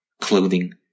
Clothing